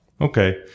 Okay